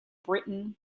britain